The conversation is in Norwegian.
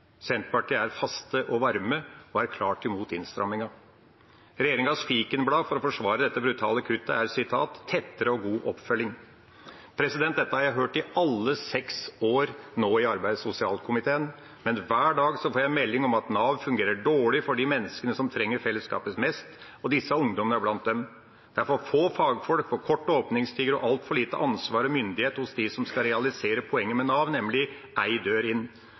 Senterpartiet er faste og varme og klart imot innstrammingen. Regjeringas fikenblad for å forsvare dette brutale kuttet er «bedre og tettere oppfølging». Dette har jeg hørt i alle de seks årene jeg har vært i arbeids- og sosialkomiteen, men hver dag får jeg melding om at Nav fungerer dårlig for de menneskene som trenger fellesskapet mest, og disse ungdommene er blant dem. Det er for få fagfolk, for korte åpningstider og altfor lite ansvar og myndighet hos dem som skal realisere poenget med Nav, nemlig en dør inn.